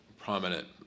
prominent